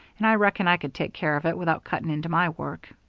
and i reckon i could take care of it without cutting into my work.